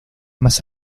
más